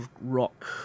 rock